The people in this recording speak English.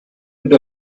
could